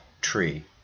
tree